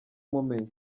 mumenya